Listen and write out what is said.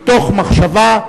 מתוך מחשבה,